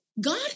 God